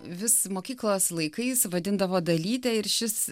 vis mokyklos laikais vadindavo dalyte ir šis